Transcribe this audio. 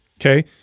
okay